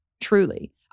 Truly